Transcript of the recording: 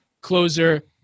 closer